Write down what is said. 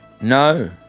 No